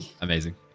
Amazing